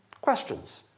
Questions